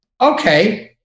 okay